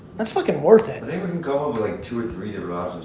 that's fucking worth it. they wouldn't go like two or three ah